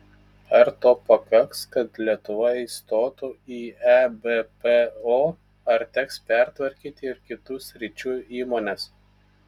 ar to pakaks kad lietuva įstotų į ebpo ar teks pertvarkyti ir kitų sričių įmones